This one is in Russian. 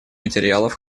материалов